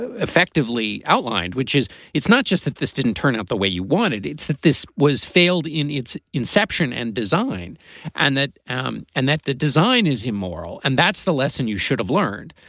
ah effectively outlined, which is it's not just that this didn't turn out the way you wanted, it's that this was failed in its inception and design and that um and that the design is immoral. and that's the lesson you should have learned.